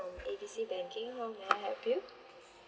A B C banking how may I help you